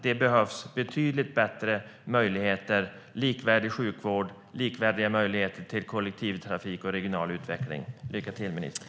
Det behövs betydligt bättre möjligheter i form av likvärdig sjukvård, likvärdiga möjligheter till kollektivtrafik och regional utveckling. Lycka till, ministern!